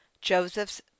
Joseph's